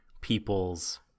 people's